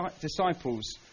disciples